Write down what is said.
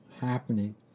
happening